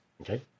okay